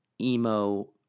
emo